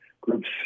groups